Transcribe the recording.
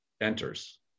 enters